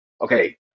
okay